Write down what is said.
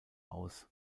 aus